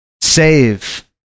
save